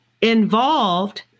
involved